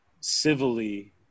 civilly